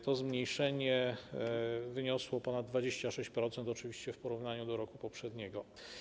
To zmniejszenie wyniosło ponad 26%, oczywiście w porównaniu do roku poprzedniego.